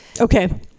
okay